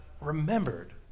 remembered